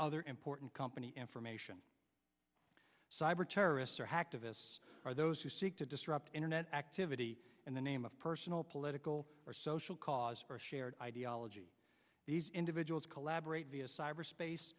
other important company information cyber terrorists or hacktivists or those who seek to disrupt internet activity in the name of personal political or social cause or shared ideology these individuals collaborate via cyberspace